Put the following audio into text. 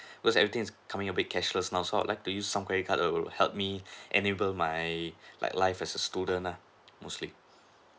because everything is becoming a bit cashless now I would like to use some credit card that would help me enable my like life as a student lah mostly